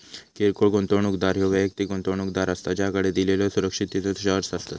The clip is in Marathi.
किरकोळ गुंतवणूकदार ह्यो वैयक्तिक गुंतवणूकदार असता ज्याकडे दिलेल्यो सुरक्षिततेचो शेअर्स असतत